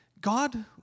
God